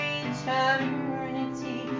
eternity